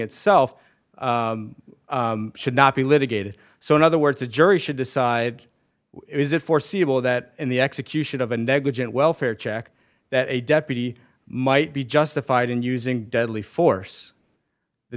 itself should not be litigated so in other words the jury should decide is it foreseeable that in the execution of a negligent welfare check that a deputy might be justified in using deadly force the